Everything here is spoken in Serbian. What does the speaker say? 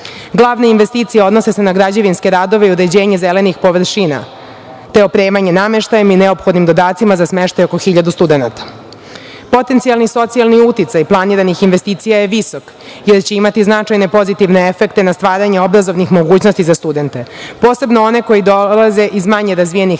Glavne investicije se odnose na građevinske radove i uređenje zelenih površina, te opremanje nameštajem i neophodnim dodacima za smeštaj oko 1.000 studenata. Potencijalni socijalni uticaj planiranih investicija je visok, jer će imati značajne pozitivne efekte na stvaranje obrazovnih mogućnosti za studente, posebno one koji dolaze iz manje razvijenih